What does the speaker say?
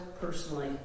personally